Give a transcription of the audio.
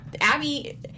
Abby